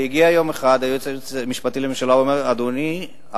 והגיע יום אחד היועץ המשפטי לממשלה ואמר: אדוני,